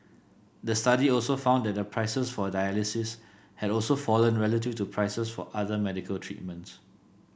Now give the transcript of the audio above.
the study also found that the prices for dialysis had also fallen relative to prices for other medical treatments